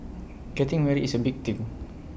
getting married is A big thing